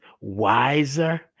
wiser